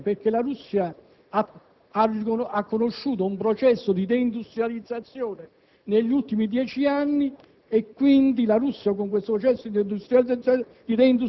La Russia ha aderito soltanto perché può vendere sul mercato delle emissioni i suoi crediti. La Russia,